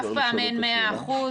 אף פעם אין 100%,